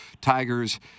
Tigers